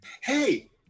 Hey